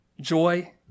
joy